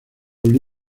libre